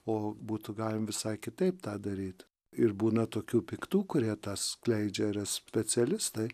o būtų galima visai kitaip tą daryti ir būna tokių piktų kurie tą skleidžia ir specialistai